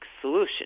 solution